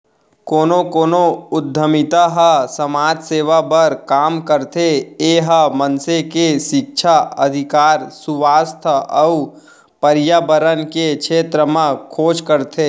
कोनो कोनो उद्यमिता ह समाज सेवा बर काम करथे ए ह मनसे के सिक्छा, अधिकार, सुवास्थ अउ परयाबरन के छेत्र म खोज करथे